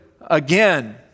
again